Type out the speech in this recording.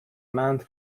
مند